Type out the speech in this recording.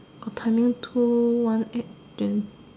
the timing two one eight then